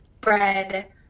bread